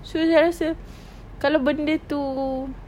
so saya rasa kalau benda itu